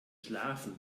schlafen